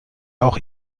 auch